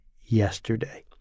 yesterday